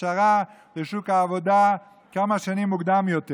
הכשרה ושוק העבודה כמה שנים מוקדם יותר,